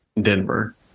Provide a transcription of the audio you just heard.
Denver